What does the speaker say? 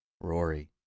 Rory